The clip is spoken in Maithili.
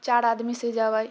चारि आदमीसँ जेबै